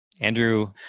Andrew